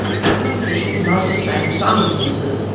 government officials noticed that in some instances,